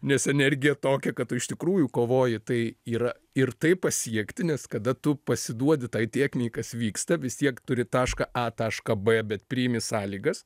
nes energija tokia kad tu iš tikrųjų kovoji tai yra ir tai pasiekti nes kada tu pasiduodi tai tėkmei kas vyksta vis tiek turi tašką a tašką b bet priimi sąlygas